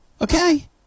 Okay